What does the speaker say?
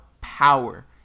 power